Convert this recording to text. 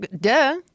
duh